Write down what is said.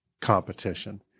competition